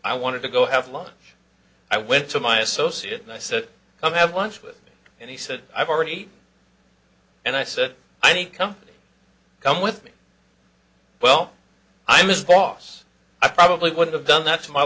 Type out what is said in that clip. i wanted to go have lunch i went to my associate and i said come have lunch with me and he said i've already and i said i need come come with me well i miss boss i probably would have done that to my